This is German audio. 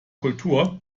kultur